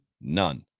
none